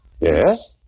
Yes